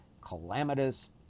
calamitous